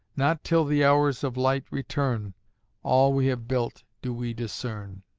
not till the hours of light return all we have built do we discern.